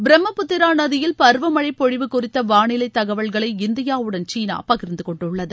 பிரம்மபுத்தரா நதியில் பருவமழை பொழிவு குறித்த வாளிலை தகவல்களை இந்தியாவுடன் சீனா பகிர்ந்துகொண்டுள்ளது